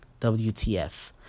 WTF